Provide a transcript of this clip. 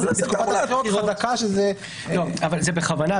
אבל זה בכוונה.